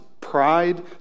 pride